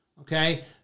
Okay